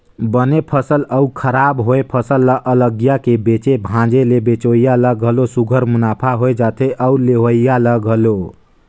बने फसल अउ खराब होए फसल ल अलगिया के बेचे भांजे ले बेंचइया ल घलो सुग्घर मुनाफा होए जाथे अउ लेहोइया ल घलो